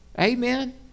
Amen